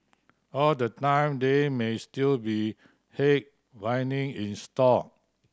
all the time there may still be headwind in store